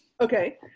Okay